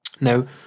Now